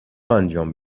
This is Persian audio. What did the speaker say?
انجام